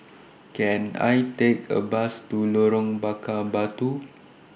Can I Take A Bus to Lorong Bakar Batu